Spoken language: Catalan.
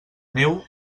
neu